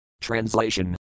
Translation